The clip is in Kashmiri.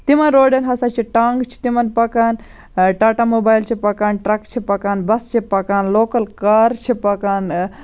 تِمَن روڈَن ہَسا چھِ ٹانٛگہٕ چھِ تِمَن پَکان ٹاٹا موبایل چھِ پَکان ٹرک چھِ پَکان بَس چھِ پَکان لوکَل کار چھِ پَکان